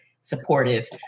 supportive